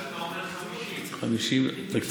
ואתה אומר 50. 50 תקציב.